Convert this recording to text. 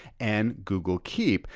and google keep.